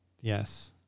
Yes